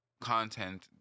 content